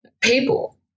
people